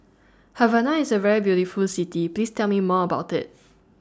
Havana IS A very beautiful City Please Tell Me More about IT